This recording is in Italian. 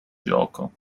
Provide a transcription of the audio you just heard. gioco